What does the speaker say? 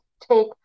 take